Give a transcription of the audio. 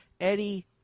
Eddie